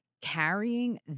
carrying